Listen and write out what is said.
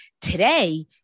Today